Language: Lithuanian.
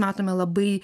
matome labai